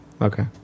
Okay